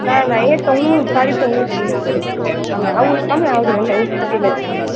ના ના એ તો હું સાડી તો હું જ ચૂઝ કરીશ મમ્મી તમે આવવું હોય તો તમે આવજો નહીંતર હું સ્કૂટી લઈને લઈ આવીશ